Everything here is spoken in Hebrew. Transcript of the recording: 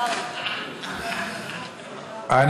סליחה, סליחה, חבר הכנסת סאלח סעד, טעיתי.